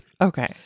Okay